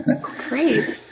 Great